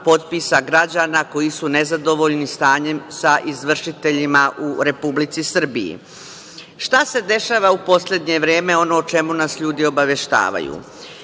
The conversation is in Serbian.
100.000 građana, koji su nezadovoljni stanjem sa izvršiteljima u Republici Srbiji? Šta se dešava u poslednje vreme, ono o čemu nas ljudi obaveštavaju?